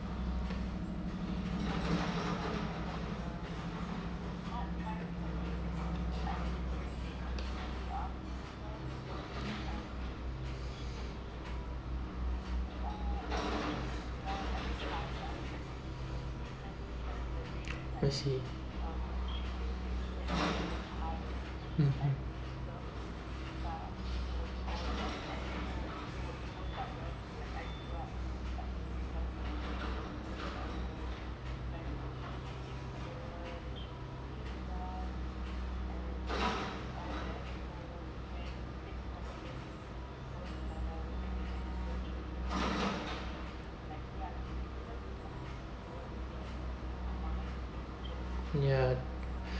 I see mmhmm ya